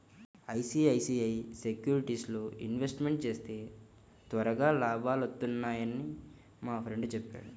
ICICI సెక్యూరిటీస్లో investment చేస్తే త్వరగా లాభాలొత్తన్నయ్యని మా ఫ్రెండు చెప్పాడు